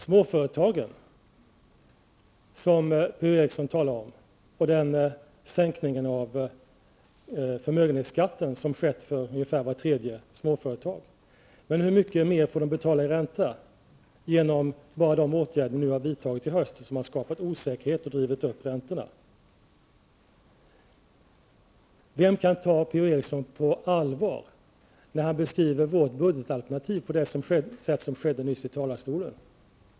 P-O Eriksson talar om småföretagen och om den sänkning av förmögenhetsskatten som skett för ungefär var tredje småföretagare. Men hur mycket mer får de betala i ränta bara genom de åtgärder som ni vidtagit i höst och som skapat osäkerhet och drivit upp räntorna? Vem kan ta P-O Eriksson på allvar när han beskriver vårt budgetalternativ på det sätt som skedde nyss här i talarstolen?